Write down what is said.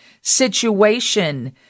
situation